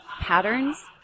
patterns